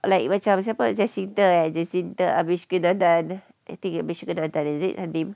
like macam siapa jacintha ah jacintha abisheganaden I think abisheganaden is it halim